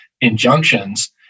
injunctions